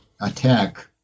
attack